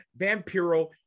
Vampiro